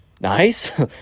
Nice